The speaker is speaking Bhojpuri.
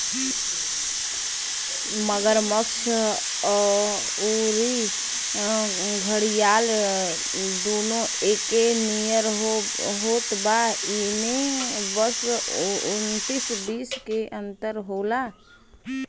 मगरमच्छ अउरी घड़ियाल दूनो एके नियर होत बा इमे बस उन्नीस बीस के अंतर होला